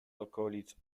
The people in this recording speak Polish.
okolic